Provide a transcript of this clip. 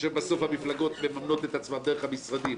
בסוף המפלגות מממנות את עצמן דרך המשרדים.